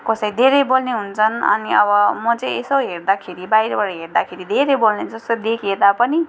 कसै धेरै बोल्ने हुन्छन् अनि अब म चाहिँ यसो हेर्दाखेरि बाहिरबाट हेर्दाखेरि धेरै बोल्ने जस्तो देखिए तापनि